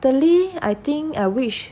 thirdly I think I wish